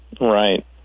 Right